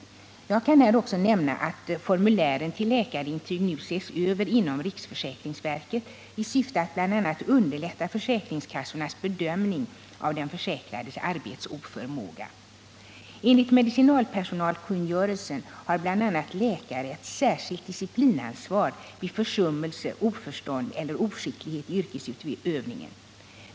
Jag kan här också nämna att formulären till läkarintyg nu ses över inom riksförsäkringsverket i syfte att bl.a. underlätta försäkringskassornas bedömning av den försäkrades arbetsoförmåga. Enligt medicinalpersonalkungörelsen har bl.a. läkare ett särskilt disciplinansvar vid försummelse, oförstånd eller oskicklighet i yrkesutövningen.